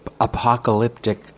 apocalyptic